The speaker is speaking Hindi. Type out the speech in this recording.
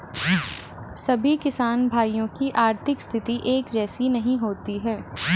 सभी किसान भाइयों की आर्थिक स्थिति एक जैसी नहीं होती है